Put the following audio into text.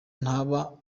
ntaba